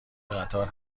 قطار